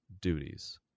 duties